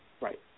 Right